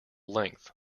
length